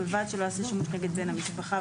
ובלבד שלא ייעשה שימוש נגד בן המשפחה"